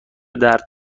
درد